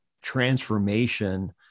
transformation